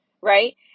Right